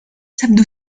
تبدو